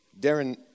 Darren